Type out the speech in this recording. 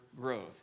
growth